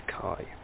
Kai